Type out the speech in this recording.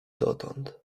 dotąd